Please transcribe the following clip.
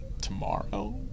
Tomorrow